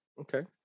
Okay